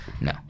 No